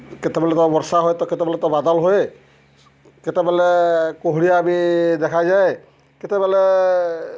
କେତେବେଲେ ତ ବର୍ଷା ହୁଏ ତ କେତେବେଲେ ତ ବାଦଲ୍ ହୁଏ କେତେବେଲେ କୁହୁଡ଼ିଆ ବି ଦେଖାଯାଏ କେତେବେଲେ